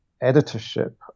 editorship